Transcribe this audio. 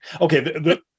Okay